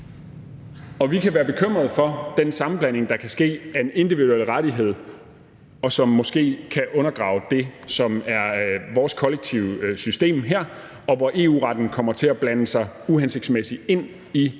og vi kan være bekymrede for den sammenblanding, der kan ske, med en individuel rettighed, og som måske kan undergrave det, som er vores kollektive system her, og hvor EU-retten kommer til at blande sig uhensigtsmæssigt ind i den